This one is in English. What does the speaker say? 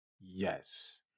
yes